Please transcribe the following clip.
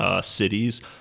cities